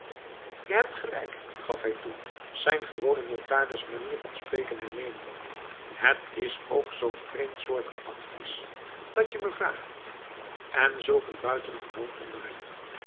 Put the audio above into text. je hebt gelijk gaf hij toe zijn gewone notarismanier van spreken hernemend het is ook zo'n vreemdsoortig advies datje me vraagt en zulk een buitengewoon onderwerp